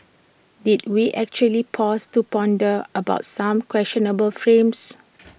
did we actually pause to ponder about some questionable frames